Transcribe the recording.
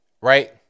Right